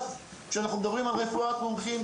כשאנחנו מדברים על רפואת מומחים,